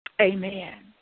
Amen